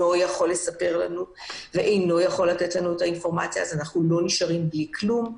יכול לספק לנו את האינפורמציה אז אנחנו לא נשארים בלי כלום.